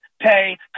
pay